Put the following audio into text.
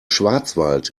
schwarzwald